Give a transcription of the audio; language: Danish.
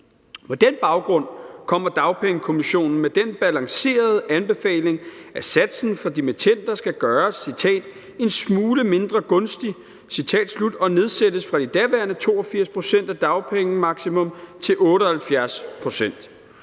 På den baggrund kommer Dagpengekommissionen med den balancerede anbefaling, at satsen for dimittender skal gøres »en smule mindre gunstig« og nedsættes fra de daværende 82 pct. af dagpengemaksimum til 78 pct.